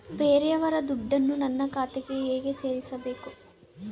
ಬೇರೆಯವರ ದುಡ್ಡನ್ನು ನನ್ನ ಖಾತೆಗೆ ಹೇಗೆ ಸೇರಿಸಬೇಕು?